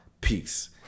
peace